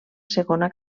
segona